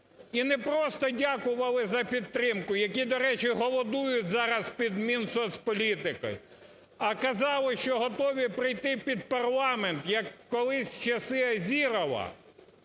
і не просто дякували за підтримку, які, до речі, голодують зараз під Мінсоцполітики, а казали, що готові прийти під парламент, як колись в часи "Азірова",